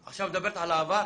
עכשיו את מדברת על העבר?